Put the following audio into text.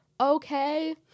Okay